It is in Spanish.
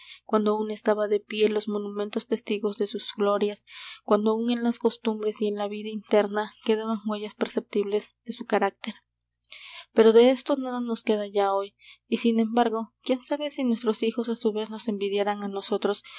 cuando aún estaban de pie los monumentos testigos de sus glorias cuando aún en las costumbres y en la vida interna quedaban huellas perceptibles de su carácter pero de esto nada nos queda ya hoy y sin embargo quién sabe si nuestros hijos á su vez nos envidiarán á nosotros